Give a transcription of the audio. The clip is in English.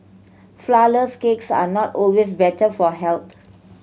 flourless cakes are not always better for health